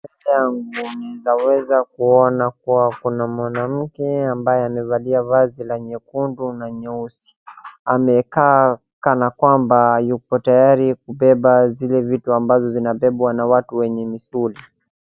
Hapa naeza kuona kuwa kuna mwanamke ambaye amevalia vazi la nyekundu na nyeusi amekaa kana kwamba yupo tayari kubeba zile vitu ambazo zinabebwa na watu wenye misuri.